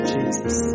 Jesus